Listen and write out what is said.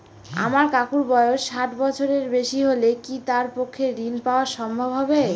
আমার কাকুর বয়স ষাট বছরের বেশি হলে কি তার পক্ষে ঋণ পাওয়া সম্ভব হবে?